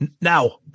Now